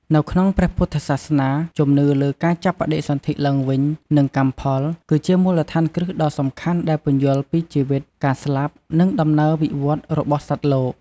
នៅក្នុងព្រះពុទ្ធសាសនា ជំនឿលើ ការចាប់បដិសន្ធិឡើងវិញ និងកម្មផល គឺជាមូលដ្ឋានគ្រឹះដ៏សំខាន់ដែលពន្យល់ពីជីវិត ការស្លាប់ និងដំណើរវិវត្តន៍របស់សត្វលោក។